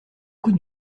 coups